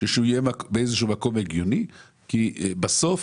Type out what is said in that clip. אלא